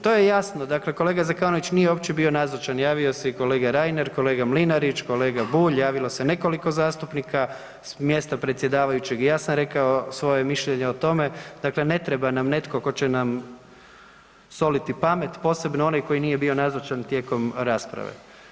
To je jasno, dakle kolega Zekanović nije uopće bio nazočan, javio se i kolega Reiner, kolega Mlinarić, kolega Bulj, javilo se nekoliko zastupnika, s mjesta predsjedavajućeg i ja sam rekao svoje mišljenje o tome, dakle ne treba nam netko tko će nam soliti pamet, posebno onaj koji bio nazočan tijekom rasprave.